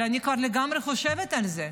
אבל אני כבר לגמרי חושבת על זה.